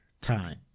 time